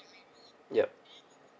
yup